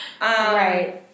right